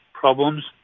problems